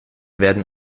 werden